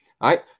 right